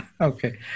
Okay